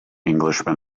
englishman